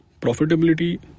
profitability